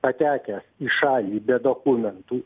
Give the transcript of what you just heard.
patekęs į šalį be dokumentų